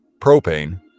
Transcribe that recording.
propane